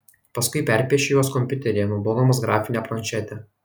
paskui perpiešiu juos kompiuteryje naudodamas grafinę planšetę